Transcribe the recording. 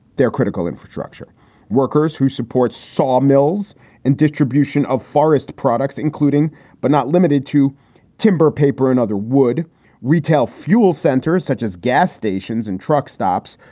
they're critical infrastructure workers who supports saw mills and distribution of forest products, including but not limited to timber paper and other wood retail fuel centers such as gas stations and truck stops,